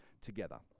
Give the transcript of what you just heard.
together